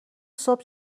صبح